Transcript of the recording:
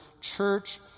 church